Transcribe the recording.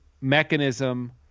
mechanism